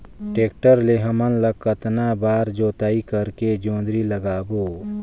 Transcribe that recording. Tractor ले हमन कतना बार जोताई करेके जोंदरी लगाबो?